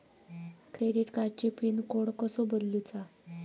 Credit कार्डची pin code कसो बदलुचा?